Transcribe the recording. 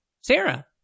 sarah